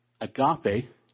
agape